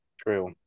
True